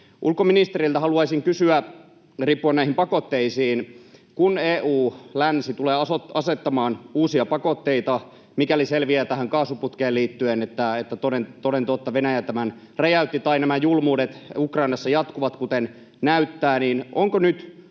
Ulkoministeriltä haluaisin kysyä liittyen näihin pakotteisiin: Kun EU, länsi, tulee asettamaan uusia pakotteita, mikäli selviää tähän kaasuputkeen liittyen, että toden totta Venäjä tämän räjäytti, tai nämä julmuudet Ukrainassa jatkuvat, kuten näyttää, niin onko nyt